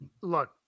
Look